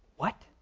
what?